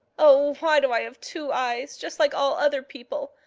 oh, why do i have two eyes just like all other people?